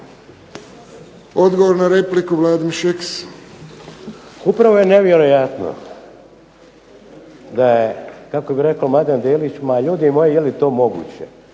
Šeks. **Šeks, Vladimir (HDZ)** Upravo je nevjerojatno da je kako bi rekao Mladen Delić "Ma ljudi moji jeli to moguće"